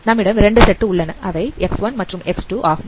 நம்மிடம் 2 செட் உள்ளன அவை X1 X2 ஆகும்